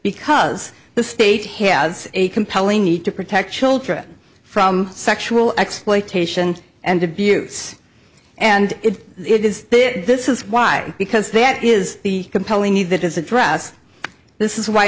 because the state has a compelling need to protect children from sexual exploitation and abuse and it is this is why because that is the compelling need that does address this is why